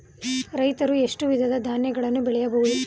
ರೈತರು ಎಷ್ಟು ವಿಧದ ಧಾನ್ಯಗಳನ್ನು ಬೆಳೆಯಬಹುದು?